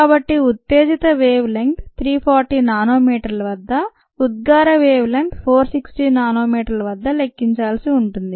కాబట్టి ఉత్తేజిత wavelength 340 నానోమీటర్ల వద్ద ఉద్గార వేవ్ లెంత్ 460 నానోమీటర్ల వద్ద లెక్కించాల్సి ఉంటుంది